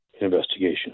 investigation